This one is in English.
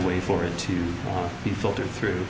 way for it to be filtered through